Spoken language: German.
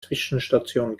zwischenstation